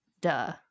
duh